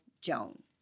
Joan